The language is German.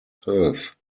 perth